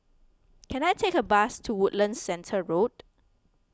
can I take a bus to Woodlands Centre Road